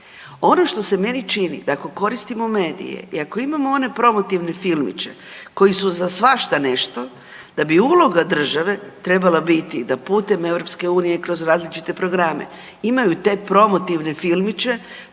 ono što se meni čini da ako koristimo medije i ako imamo one promotivne filmiće koji su za svašta nešto da bi uloga države trebala biti da putem EU kroz različite programe imaju te promotivne filmiće,